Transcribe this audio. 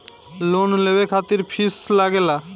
Loan लेवे खातिर fees लागेला?